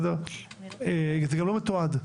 זה גם לא מתועד.